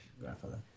grandfather